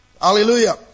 Hallelujah